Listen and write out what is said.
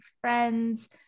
friends